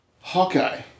Hawkeye